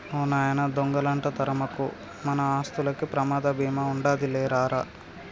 ఓ నాయనా దొంగలంట తరమకు, మన ఆస్తులకి ప్రమాద బీమా ఉండాదిలే రా రా